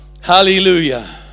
Hallelujah